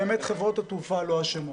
חברות התעופה לא אשמות,